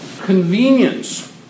Convenience